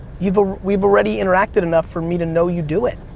we've ah we've already interacted enough for me to know you do it.